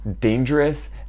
dangerous